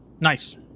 Nice